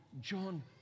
John